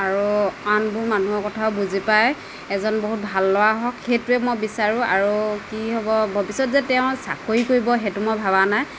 আৰু আনবোৰ মানুহৰ কথাও বুজি পায় এজন বহুত ভাল ল'ৰা হওক সেইটোৱে মই বিচাৰোঁ আৰু কি হ'ব ভৱিষ্য়তে যে তেওঁ চাকৰি কৰিব সেইটো মই ভবা নাই